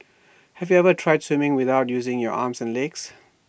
have you ever tried swimming without using your arms and legs